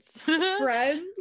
friends